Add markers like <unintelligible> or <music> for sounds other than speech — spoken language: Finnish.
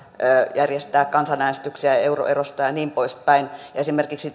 järjestää kansanäänestyksiä euroerosta ja niin poispäin esimerkiksi <unintelligible>